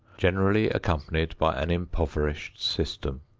generally accompanied by an impoverished system.